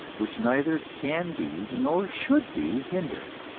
which neither can be nor should be hindered.